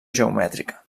geomètrica